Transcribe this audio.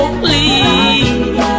please